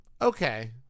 okay